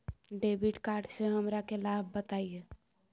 Debit card से हमरा के लाभ बताइए?